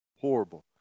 Horrible